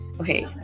Okay